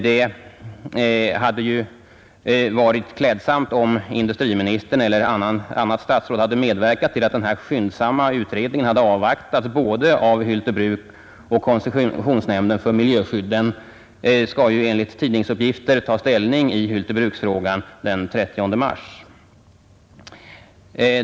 Det hade varit klädsamt om industriministern eller annat statsråd hade medverkat till att denna skyndsamma utredning hade avvaktats både av Hylte Bruk och koncessionsnämnden för miljöskydd. Den skall enligt tidningsnotiser ta ställning till frågan om Hylte Bruk den 30 mars.